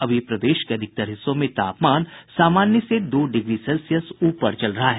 अभी प्रदेश के अधिकतर हिस्सों में तापमान सामान्य से दो डिग्री सेल्सियस ऊपर चल रहा है